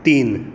तीन